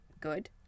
good